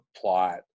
plot